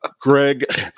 Greg